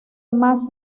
más